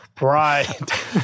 Right